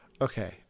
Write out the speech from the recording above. okay